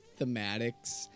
thematics